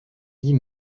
dit